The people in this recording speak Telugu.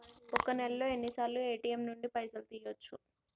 ఒక్క నెలలో ఎన్నిసార్లు ఏ.టి.ఎమ్ నుండి పైసలు తీయచ్చు?